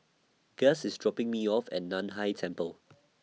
Guss IS dropping Me off At NAN Hai Temple